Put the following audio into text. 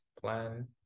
plan